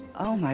oh, my